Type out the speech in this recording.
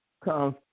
come